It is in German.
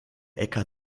äcker